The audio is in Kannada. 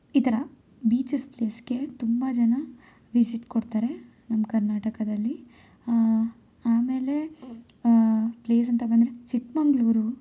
ಈ ಥರ ಬೀಚಸ್ ಪ್ಲೇಸ್ಗೆ ತುಂಬ ಜನ ವಿಸಿಟ್ ಕೊಡ್ತಾರೆ ನಮ್ಮ ಕರ್ನಾಟಕದಲ್ಲಿ ಆಮೇಲೆ ಪ್ಲೇಸ್ ಅಂತ ಬಂದರೆ ಚಿಕ್ಕಮಂಗ್ಳೂರು